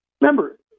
Remember